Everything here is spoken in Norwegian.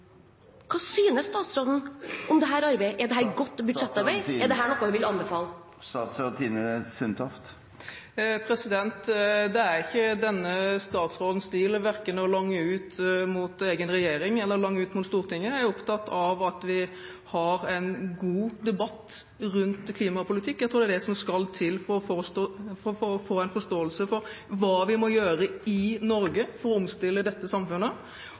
Hva synes statsråden om dette arbeidet? Er dette godt budsjettarbeid? Er dette noe hun vil anbefale? Det er ikke denne statsrådens stil verken å lange ut mot egen regjering eller å lange ut mot Stortinget. Jeg er opptatt av at vi har en god debatt rundt klimapolitikken. Jeg tror det er det som skal til for å få en forståelse for hva vi må gjøre i Norge for å omstille dette samfunnet,